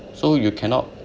so you cannot